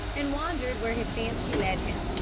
and wandered where his fancy led him,